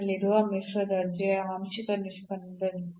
ಎಲ್ಲಿಯವರೆಗೆ ಮತ್ತು ಎರಡೂ 0 ಆಗಿಲ್ಲವೋ ಅಲ್ಲಿಯವರೆಗೆ ಅವು ಋಣಾತ್ಮಕ ಧನಾತ್ಮಕವಾಗಿರಬಹುದು